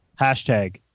hashtag